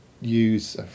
use